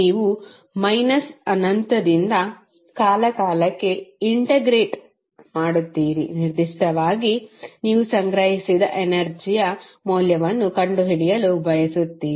ನೀವು ಮೈನಸ್ ಅನಂತದಿಂದ ಕಾಲಕಾಲಕ್ಕೆ ಇಂಟಿಗ್ರೇಟ್ ಮಾಡುತ್ತೀರಿ ನಿರ್ದಿಷ್ಟವಾಗಿ ನೀವು ಸಂಗ್ರಹಿಸಿದ ಎನರ್ಜಿಯ ಮೌಲ್ಯವನ್ನು ಕಂಡುಹಿಡಿಯಲು ಬಯಸುತ್ತೀರಿ